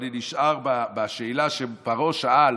אני נשאל בשאלה שפרעה שאל,